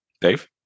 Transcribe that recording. dave